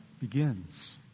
begins